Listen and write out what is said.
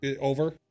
Over